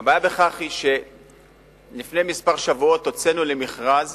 הבעיה היא בכך שלפני שבועות מספר הוצאנו למכרז